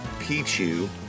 pichu